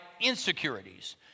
insecurities